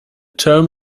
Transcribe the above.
term